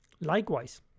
Likewise